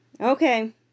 Okay